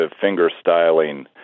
finger-styling